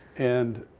and,